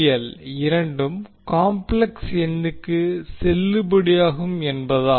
L இரண்டும் complex எண்ணுக்கு செல்லுபடியாகும் என்பதால்